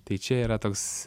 tai čia yra toks